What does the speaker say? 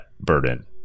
burden